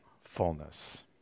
fullness